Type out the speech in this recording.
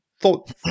thought